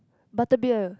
butter beer